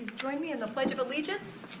join me in the pledge of allegiance.